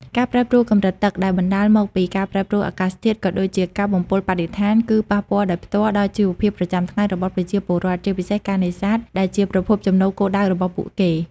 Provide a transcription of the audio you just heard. ការប្រែប្រួលកម្រិតទឹក ដែលបណ្តាលមកពីការប្រែប្រួលអាកាសធាតុ ក៏ដូចជាការបំពុលបរិស្ថាន គឺប៉ះពាល់ដោយផ្ទាល់ដល់ជីវភាពប្រចាំថ្ងៃរបស់ប្រជាពលរដ្ឋ ជាពិសេសការនេសាទ ដែលជាប្រភពចំណូលគោលរបស់ពួកគេ។